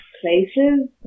places